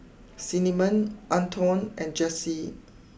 Cinnamon Anton and Jessi